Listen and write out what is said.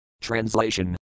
Translation